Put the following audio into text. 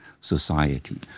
society